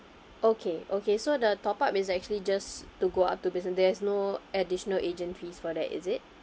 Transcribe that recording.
okay okay so the top up is actually just to go up to business there's no additional agent fees for that is it